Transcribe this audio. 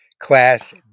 class